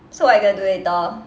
so what are you gonna do later